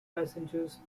passengers